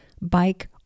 bike